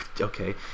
Okay